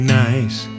nice